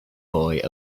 boy